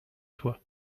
toi